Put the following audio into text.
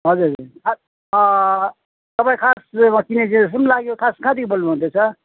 हजुर हजुर तपाईँ खास चाहिँ चिनेको जस्तो पनि लाग्यो खास कहाँदेखिको बोल्नुहुँदैछ